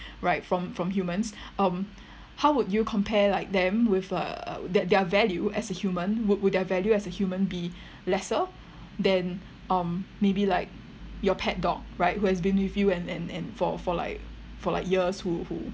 right from from humans um how would you compare like them with uh that their value as a human would would their value as a human be lesser then um maybe like your pet dog right who has been with you and and and for for like for like for like years who who